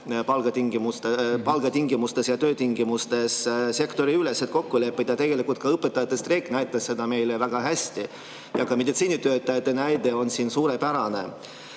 palgatingimustes ja töötingimustes, et nendes sektoriüleselt kokku leppida. Tegelikult näitas õpetajate streik seda meile väga hästi ja ka meditsiinitöötajate näide on siin suurepärane.